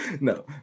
No